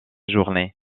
journées